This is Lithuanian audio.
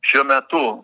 šiuo metu